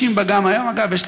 לא, אז אני